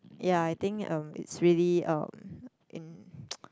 ya I think um it's really um in